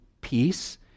peace